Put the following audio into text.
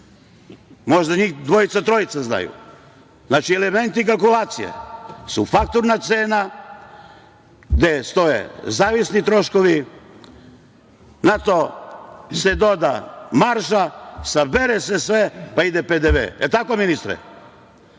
Možda njih dvojica-trojica znaju. Znači, elementi kalkulacije su fakturna cena gde stoje zavisni troškovi, na to se doda marža, sabere se sve pa ide PDV, da li je tako ministre?